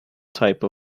type